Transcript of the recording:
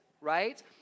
right